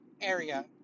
area